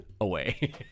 away